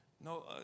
no